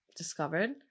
Discovered